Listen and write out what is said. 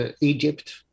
Egypt